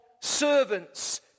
servants